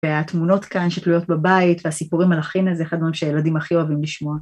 והתמונות כאן שתלויות בבית, והסיפורים על החינה, זה אחד הדברים שילדים הכי אוהבים לשמוע.